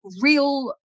real